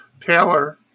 Taylor